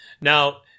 Now